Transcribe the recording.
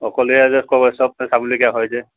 অকলে যে সব চাবলগীয়া হয় যে